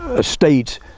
states